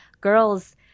girls